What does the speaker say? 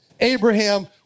Abraham